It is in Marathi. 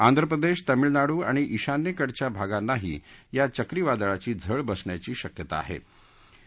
ाध्र प्रदेश तामिळनाडू ाणि ईशान्येकडच्या भागांनाही या चक्रीवादळाची झळ बसण्याची शक्यता ाहे